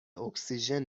اکسیژن